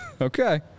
Okay